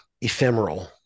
ephemeral